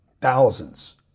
thousands